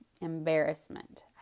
embarrassment